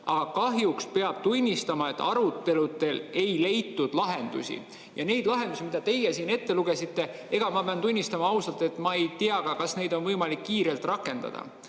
aga kahjuks peab tunnistama, et aruteludel ei leitud lahendusi. Ja neid lahendusi, mida teie siin ette lugesite, ma pean tunnistama ausalt, et ma ei tea ka, kas neid on võimalik kiirelt rakendada. Samal